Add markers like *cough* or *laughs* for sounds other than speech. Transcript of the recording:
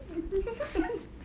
*laughs*